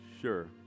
Sure